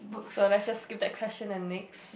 so let's just skip that question and next